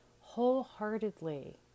wholeheartedly